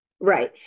Right